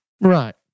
Right